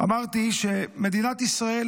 אמרתי שמדינת ישראל,